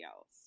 else